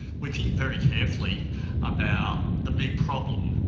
we think very carefully about the big problem,